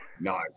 Nice